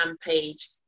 page